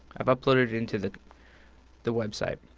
i've uploaded it into the the website.